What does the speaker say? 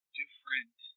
different